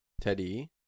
Teddy